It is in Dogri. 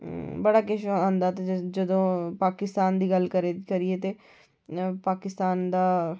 बड़ा किश आंदा पाकिस्तान दी गल्ल करिये ते पाकिस्तान दा